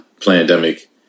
pandemic